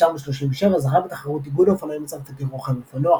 ב-1937 זכה בתחרות איגוד האופניים הצרפתי רוכב אופנוח.